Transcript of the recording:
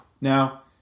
Now